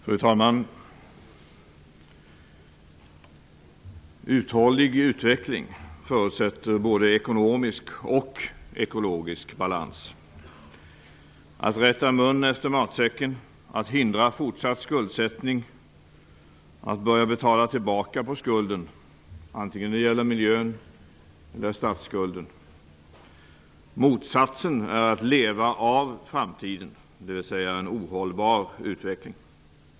Fru talman! Uthållig utveckling förutsätter både ekonomisk och ekologisk balans: att rätta mun efter matsäcken, att hindra fortsatt skuldsättning, att börja betala tillbaka på skulden vare sig det gäller miljöeller statsskulden. Motsatsen är att leva av framtiden, dvs. en ohållbar utveckling.